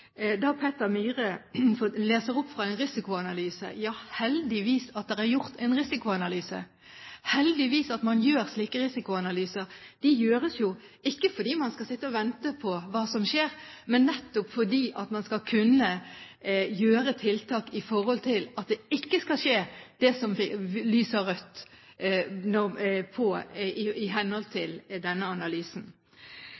leser opp fra en risikoanalyse. Ja, det er heldigvis gjort en risikoanalyse – heldigvis gjør man slike risikoanalyser. De gjøres jo ikke fordi man skal sitte og vente på hva som skjer, men nettopp fordi man skal kunne gjøre tiltak for at det ikke skal skje, det som lyser rødt i henhold til denne analysen. Når det gjelder Fremskrittspartiet, er det ikke slik at man har vært med på